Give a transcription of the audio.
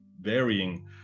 varying